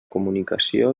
comunicació